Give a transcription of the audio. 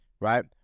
right